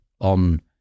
on